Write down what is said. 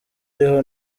ariho